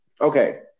Okay